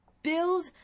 build